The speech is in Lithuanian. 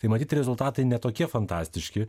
tai matyt rezultatai ne tokie fantastiški